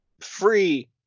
free